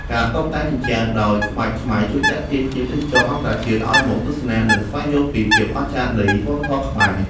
ការតុបតែងជញ្ជាំងដោយក្បាច់ខ្មែរជួយទាក់ទាញភ្ញៀវទេសចរអន្តរជាតិឱ្យមកទស្សនា និងស្វែងយល់ពីភាពអស្ចារ្យនៃវប្បធម៌ខ្មែរ។